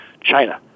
China